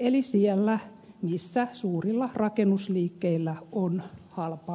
eli siellä missä suurilla rakennusliikkeillä on halpaa maaomaisuutta